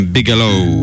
Bigelow